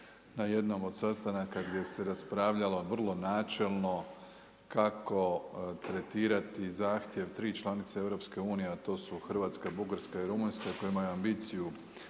na jednom od sastanaka gdje se raspravljalo vrlo načelno kako tretirati zahtjev tri članice EU a to su Hrvatska, Bugarska i Rumunjska i koje imaju ambiciju